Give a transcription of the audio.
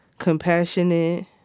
Compassionate